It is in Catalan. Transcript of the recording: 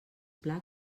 pla